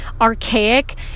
Archaic